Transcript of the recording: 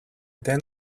then